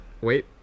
Wait